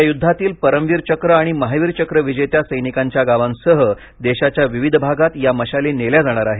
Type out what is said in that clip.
या युद्धातील परमवीर चक्र आणि महावीर चक्र विजत्या सैनिकांच्या गावांसह देशाच्या विविध भागात या मशाली नेल्या जाणार आहेत